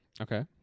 Okay